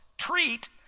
treat